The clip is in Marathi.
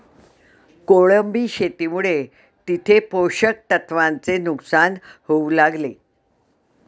कोळंबी शेतीमुळे तिथे पोषक तत्वांचे नुकसान होऊ लागले